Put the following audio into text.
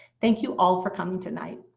thank you all for coming tonight.